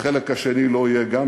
החלק השני לא יהיה.